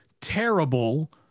terrible